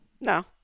no